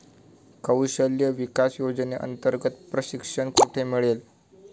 कौशल्य विकास योजनेअंतर्गत प्रशिक्षण कुठे मिळेल?